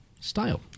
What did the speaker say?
style